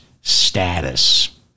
status